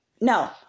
No